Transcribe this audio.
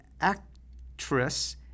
actress